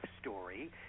story